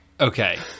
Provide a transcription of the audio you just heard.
okay